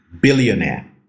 billionaire